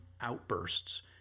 outbursts